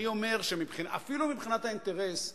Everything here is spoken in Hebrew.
אני אומר שאפילו מבחינת האינטרס שלהם,